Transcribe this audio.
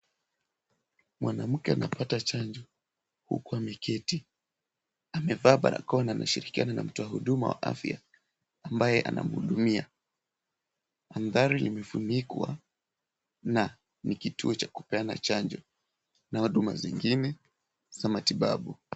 Mwanamke anapata chanjo huku ameketi. Amevaa barakoa na anashirikiana na mtoa wa huduma wa afya, ambaye amamhudumia . Mandhari limefunikwa, na ni kituo cha kupeana chanjo na huduma zingine za matibabu.